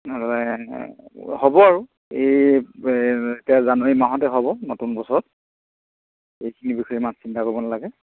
নহ'লে হ'ব আৰু এই এতিয়া জানুৱাৰী মাহতে হ'ব নতুন বছৰত এইখিনি বিষয়ে ইমান চিন্তা কৰিব নালাগে